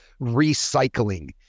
recycling